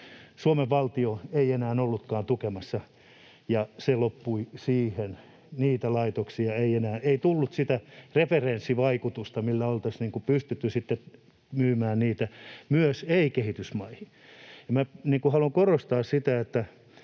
Suomen valtio ei enää ollutkaan tukemassa, ja se loppui siihen. Niitä laitoksia ei enää... Ei tullut sitä referenssivaikutusta, millä oltaisiin pystytty myymään niitä myös ei-kehitysmaihin. Haluan korostaa sitä,